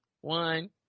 one